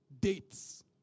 dates